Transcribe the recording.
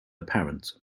apparent